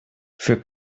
für